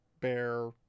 bear